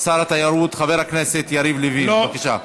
שר התיירות חבר הכנסת יריב לוין, בבקשה.